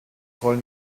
rollen